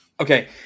Okay